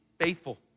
faithful